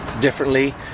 differently